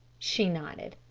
she nodded.